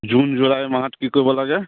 June July মাহত কি কৰিব লাগে